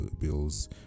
bills